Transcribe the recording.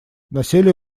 насилие